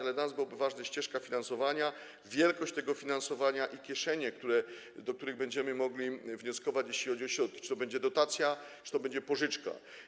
Dla nas ważne byłyby ścieżka finansowania, wielkość tego finansowania i kieszenie, w odniesieniu do których będziemy mogli wnioskować, jeśli chodzi o środki: czy to będzie dotacja, czy to będzie pożyczka.